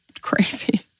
crazy